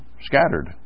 scattered